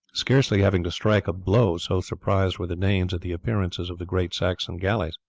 scarcely having to strike a blow, so surprised were the danes at the appearances of the great saxon galley.